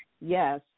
Yes